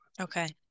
Okay